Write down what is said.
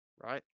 Right